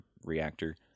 reactor